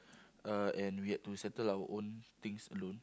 uh and we had to settle our own things alone